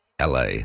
LA